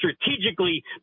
strategically